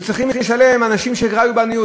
היו צריכות לשלם, נשים שחיו בעוני.